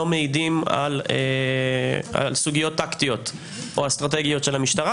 מעידים על סוגיות טקטיות או אסטרטגיות של המשטרה,